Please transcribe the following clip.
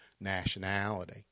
nationality